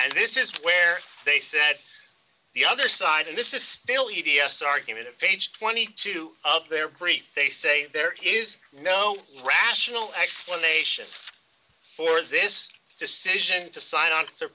and this is where they said the other side and this is still u b s argument of page twenty two of their brief they say there is no rational explanation for this decision to sign on t